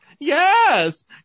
Yes